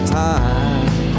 time